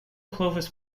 clovis